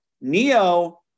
Neo